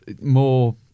more